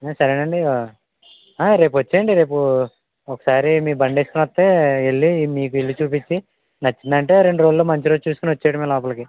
సరే నండీ రేపు వచ్చేయండి రేపు ఒకసారి మీ బండి వేసుకుని వస్తే వెళ్ళి మీకు ఇల్లు చూపించి నచ్చిందంటే రెండు రోజుల్లో మంచిరోజు చూసుకుని వచ్చేయడమే లోపలికి